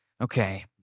Okay